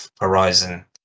horizon